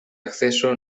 acceso